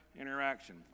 interaction